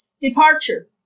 Departure